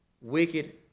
wicked